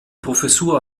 professur